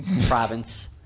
province